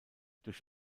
durch